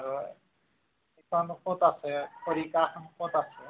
আৰু সেইখন ক'ত আছে খৰিকাখন ক'ত আছে